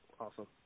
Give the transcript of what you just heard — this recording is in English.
Awesome